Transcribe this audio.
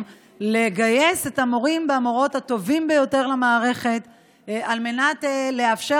לגייס את המורים והמורות הטובים ביותר למערכת על מנת לאפשר